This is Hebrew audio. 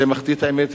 מחטיא את האמת.